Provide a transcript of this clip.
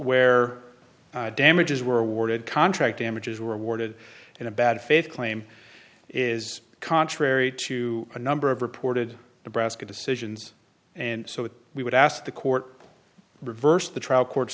where damages were awarded contract images were awarded and a bad faith claim is contrary to a number of reported breast decisions and so we would ask the court reverse the trial court's